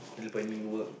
still finding work